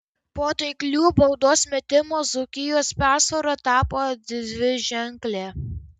po taiklių baudos metimų dzūkijos persvara tapo dviženklė